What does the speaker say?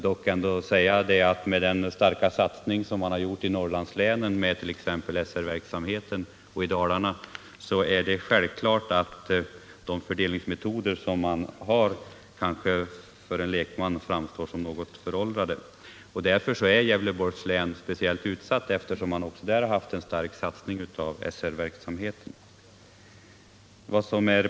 Med tanke på den starka satsning på SR-verksamheten som skett i Norrlandslänen och i Dalarna framstår det dock för en lekman som självklart att fördelningsmetoderna är något föråldrade. Gävleborgs län är särskilt utsatt, eftersom man också där haft en stark satsning på SR-verksamheten.